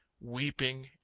weeping